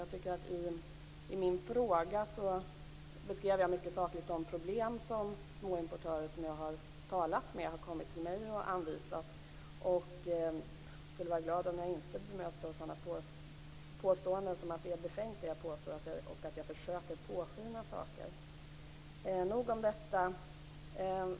Jag tycker att jag i min interpellation beskrev mycket sakligt de problem som små importörer, som jag har talat med, har påvisat. Jag skulle vara glad om jag inte bemöttes av sådana påståenden som att det jag påstår är befängt och att jag försöker påskina saker. Nog om detta.